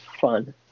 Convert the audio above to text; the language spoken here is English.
fun